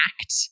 act